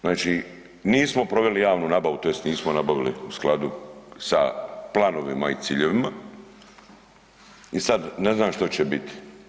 Znači, nismo proveli javnu nabavu tj. nismo nabavili u skladu sa planovima i ciljevima i sad ne znam što će biti.